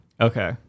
Okay